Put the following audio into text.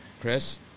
Chris